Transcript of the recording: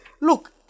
look